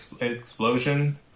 explosion